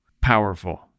powerful